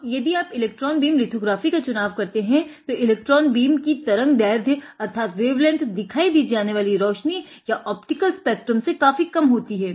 अब यदि आप इलेक्ट्रान बीम लिथोग्राफी से काफी कम होती है